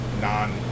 non